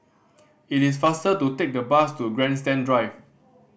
it is faster to take the bus to Grandstand Drive